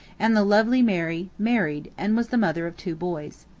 and the lovely mary married and was the mother of two boys.